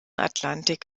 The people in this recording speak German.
atlantik